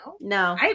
no